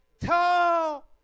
Tell